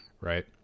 Right